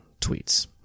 tweets